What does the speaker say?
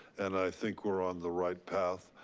and i think we're on the right path.